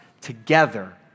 together